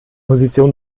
position